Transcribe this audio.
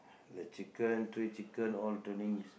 the chicken three chicken all turning is